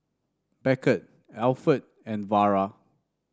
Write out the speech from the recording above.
Beckett Alford and Vara